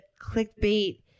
clickbait